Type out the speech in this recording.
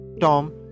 Tom